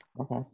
Okay